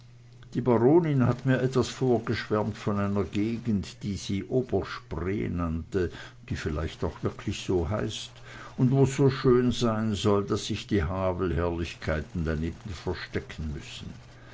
die baronin hat mir etwas vorgeschwärmt von einer gegend die sie oberspree nannte die vielleicht auch wirklich so heißt und wo's so schön sein soll daß sich die havelherrlichkeiten daneben verstecken müssen